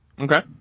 Okay